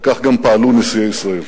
וכך פעלו גם נשיאי ישראל.